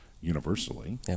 universally